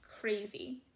Crazy